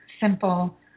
simple